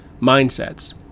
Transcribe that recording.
Mindsets